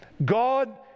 God